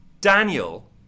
daniel